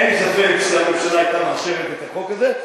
אין ספק שהממשלה היתה מאשרת את החוק הזה,